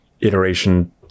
iteration